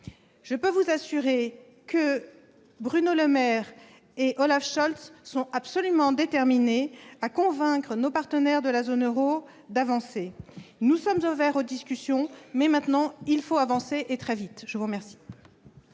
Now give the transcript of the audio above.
Je puis vous assurer que Bruno Lemaire et Olaf Scholz sont absolument déterminés à convaincre nos partenaires de la zone euro d'avancer. Nous sommes ouverts aux discussions, mais il faut maintenant avancer, et très vite. La parole